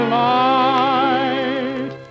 light